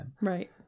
Right